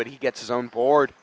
but he gets his own board